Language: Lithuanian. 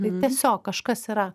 tai tiesiog kažkas yra